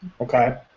Okay